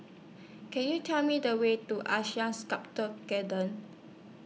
Can YOU Tell Me The Way to Asean Sculpture Garden